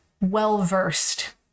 well-versed